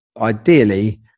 ideally